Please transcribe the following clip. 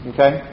Okay